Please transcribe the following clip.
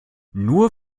nur